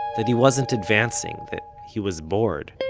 that he wasn't advancing. that he was bored.